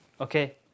Okay